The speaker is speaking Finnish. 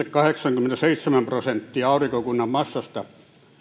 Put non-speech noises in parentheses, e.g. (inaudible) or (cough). (unintelligible) kahdeksankymmentäseitsemän prosenttia aurinkokunnan massasta